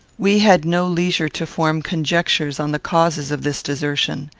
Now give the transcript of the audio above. we had no leisure to form conjectures on the causes of this desertion.